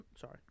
Sorry